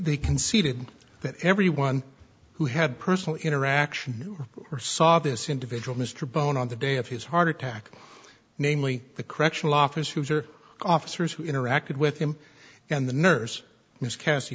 they conceded that everyone who had personal interaction or saw this individual mr bowen on the day of his heart attack namely the correctional officers or officers who interacted with him and the nurse miss cassie